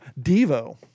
Devo